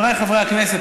חבריי חברי הכנסת,